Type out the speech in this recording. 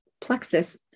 plexus